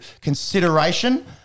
consideration